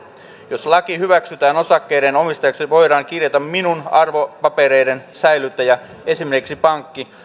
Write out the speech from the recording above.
jos laki hyväksytään osakkeiden omistajaksi voidaan kirjata minun arvopapereideni säilyttäjä esimerkiksi pankki